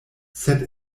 sed